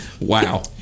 wow